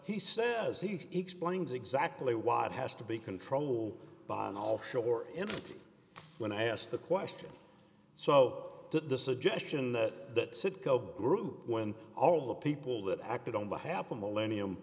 he says he explains exactly why it has to be controlled by an offshore entity when i asked the question so the suggestion that that citgo group when all the people that acted on behalf of millennium